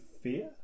fear